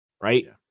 right